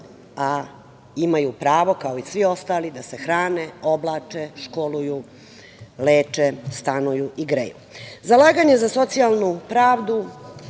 a imaju pravo kao i svi ostali da se hrane, oblače, školuju, leče, stanuju i greju. Zalaganje za socijalnu pravdu